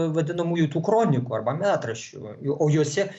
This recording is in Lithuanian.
vadinamųjų tų kronikų arba metraščių o juose